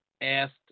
asked